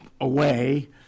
away